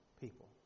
people